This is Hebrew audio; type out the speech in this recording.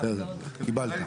בסדר, קיבלת.